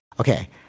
Okay